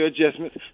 adjustments